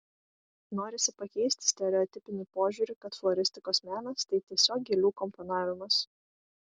norisi pakeisti stereotipinį požiūrį kad floristikos menas tai tiesiog gėlių komponavimas